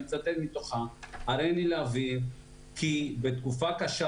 ואני מצטט מתוכה: הריני להבהיר כי בתקופה קשה